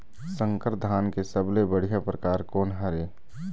संकर धान के सबले बढ़िया परकार कोन हर ये?